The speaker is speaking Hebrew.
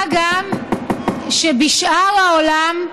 מה גם שבשאר העולם,